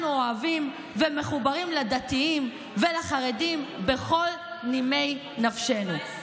אנחנו אוהבים ומחוברים לדתיים ולחרדים בכל נימי נפשנו.